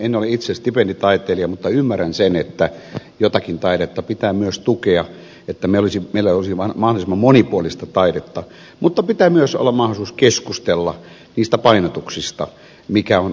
en ole itse stipenditaiteilija mutta ymmärrän sen että jotakin taidetta pitää myös tukea että meillä olisi mahdollisimman monipuolista taidetta mutta pitää myös olla mahdollisuus keskustella niistä painotuksista mikä on arvokasta ja mikä ei